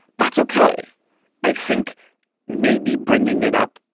that's okay i think maybe bringing it up.